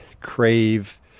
crave